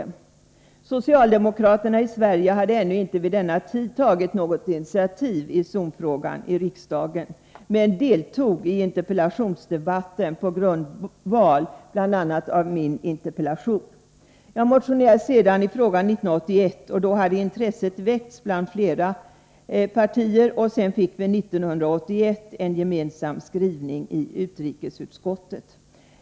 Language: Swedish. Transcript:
De svenska socialdemokraterna hade vid denna tid ännu inte tagit något initiativ i riksdagen i zonfrågan, men deltog i interpellationsdebatten till följd av min interpellation. Jag motionerade sedan i frågan 1981, och då hade intresset väckts inom flera partier. År 1981 blev det också en gemensam skrivning i utrikesutskottet.